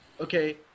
okay